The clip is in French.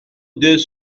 deux